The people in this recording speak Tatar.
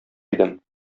идем